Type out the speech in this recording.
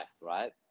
right